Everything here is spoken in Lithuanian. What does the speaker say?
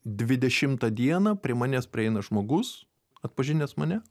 dvidešimtą dieną prie manęs prieina žmogus atpažinęs mane